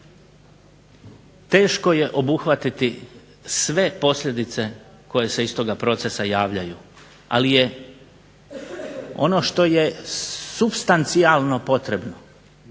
teško je obuhvatiti sve posljedice koje se iz toga procesa javljaju ali je ono što je supstancijalno potrebno